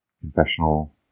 confessional